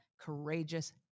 courageous